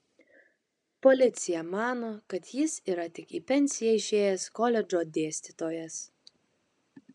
policija mano kad jis yra tik į pensiją išėjęs koledžo dėstytojas